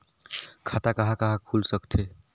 खाता कहा कहा खुल सकथे?